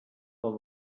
than